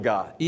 God